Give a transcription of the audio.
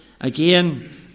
again